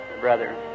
brother